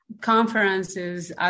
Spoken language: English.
conferences